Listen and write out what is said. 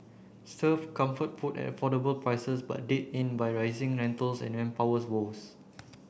serve comfort food at affordable prices but did in by rising rentals and manpower woes